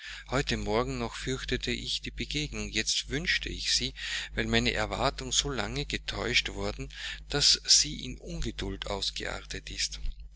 heute morgen noch fürchtete ich die begegnung jetzt wünsche ich sie weil meine erwartung so lange getäuscht worden daß sie in ungeduld ausgeartet ist